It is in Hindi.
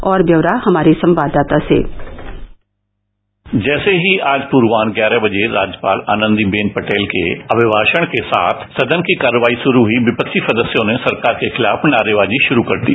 और ब्यौरा हमारे संवाददाता से जैसे ही आज पूर्वाह राज्यपाल आनंदीबेन पटेल के अभिमाषण के साथ सदन की कार्यवाही शुरू हुई विपक्षी सदस्यों ने सरकार के खिलाफ नारेबाजी शुरू कर दी